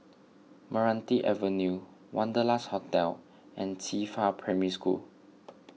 Meranti Avenue Wanderlust Hotel and Qifa Primary School